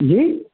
जी